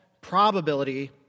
probability